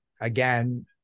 again